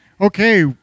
Okay